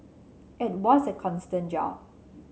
it was a constant job